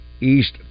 East